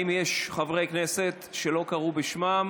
האם יש חברי כנסת שלא קראו בשמם?